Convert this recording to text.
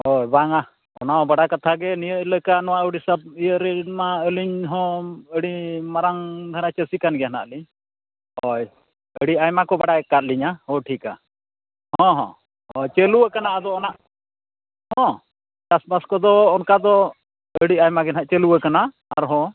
ᱦᱚᱭ ᱵᱟᱝᱟ ᱚᱱᱟ ᱢᱟ ᱵᱟᱲᱟᱭ ᱠᱟᱛᱷᱟᱜᱮ ᱱᱤᱭᱟᱹ ᱤᱞᱟᱹᱠᱟ ᱱᱚᱣᱟ ᱩᱲᱤᱥᱟ ᱤᱭᱟᱹᱨᱤᱱ ᱢᱟ ᱟᱹᱞᱤᱧᱦᱚᱸ ᱟᱹᱰᱤ ᱢᱟᱨᱟᱝ ᱫᱷᱟᱨᱟ ᱪᱟᱹᱥᱤᱠᱟᱱ ᱜᱮᱭᱟ ᱱᱟᱦᱟᱜᱞᱤᱧ ᱦᱚᱭ ᱟᱹᱰᱤ ᱟᱭᱢᱟᱠᱚ ᱵᱟᱲᱟᱭ ᱟᱠᱟᱫᱞᱤᱧᱟ ᱦᱚᱭ ᱴᱷᱤᱠᱟ ᱦᱮᱸ ᱦᱮᱸ ᱪᱟᱹᱞᱩᱣ ᱟᱠᱟᱱᱟ ᱟᱫᱚ ᱚᱱᱟ ᱦᱮᱸ ᱪᱟᱥᱵᱟᱥ ᱠᱚᱫᱚ ᱚᱱᱠᱟᱫᱚ ᱟᱹᱰᱤ ᱟᱭᱢᱟᱜᱮ ᱱᱟᱦᱟᱜ ᱪᱟᱹᱞᱩᱣᱟᱠᱟᱱᱟ ᱟᱨᱦᱚᱸ